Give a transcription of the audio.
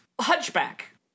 Hunchback